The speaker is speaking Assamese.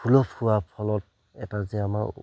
সুলভ হোৱাৰ ফলত এটা যে আমাৰ